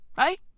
Right